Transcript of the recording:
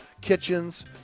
kitchens